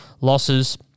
losses